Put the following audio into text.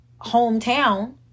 hometown